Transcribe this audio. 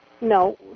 No